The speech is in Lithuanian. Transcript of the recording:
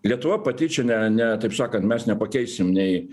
lietuva pati čia ne ne taip sakant mes nepakeisim nei